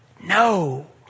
No